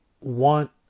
Want